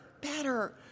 better